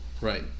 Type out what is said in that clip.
right